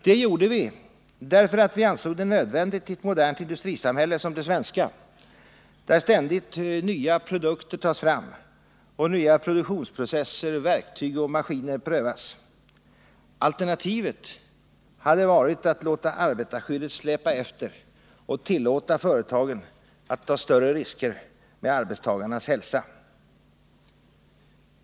Det gjorde vi därför att vi ansåg det nödvändigt att göra det i ett modernt industrisamhälle som det svenska, där ständigt nya produkter tas fram och där ständigt nya produktionsprocesser, verktyg och maskiner prövas. Alternativet hade varit att låta arbetarskyddet släpa efter och tillåta företagen att ta större risker med arbetstagarnas hälsa.